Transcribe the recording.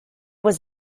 was